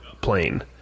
plane